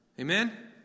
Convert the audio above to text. Amen